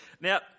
Now